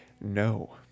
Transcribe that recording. no